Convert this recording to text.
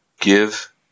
Give